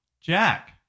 Jack